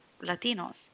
Latinos